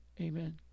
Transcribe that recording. Amen